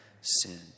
sin